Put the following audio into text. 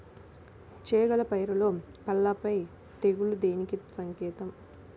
చేగల పైరులో పల్లాపై తెగులు దేనికి సంకేతం?